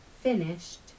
finished